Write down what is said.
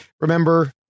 remember